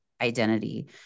identity